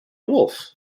woolf